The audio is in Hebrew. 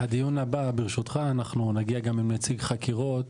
לדיון הבא ברשותך אנחנו נגיע גם עם נציג חקירות.